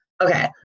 Okay